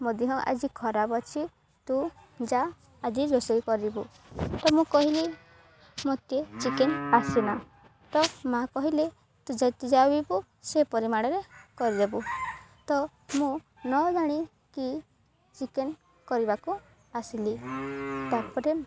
ମଧ୍ୟ ଆଜି ଖରାପ ଅଛି ତୁ ଯା ଆଜି ରୋଷେଇ କରିବୁ ତ ମୁଁ କହିଲି ମୋତେ ଚିକେନ ଆସିନା ତ ମା' କହିଲେ ତୁ ଯେକେ ସେ ପରିମାଣରେ କରିଦେବୁ ତ ମୁଁ ନ ଜାଣିକି ଚିକେନ କରିବାକୁ ଆସିଲି ତା'ପରେ